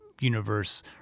universe